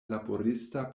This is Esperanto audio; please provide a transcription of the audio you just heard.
laborista